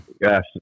yes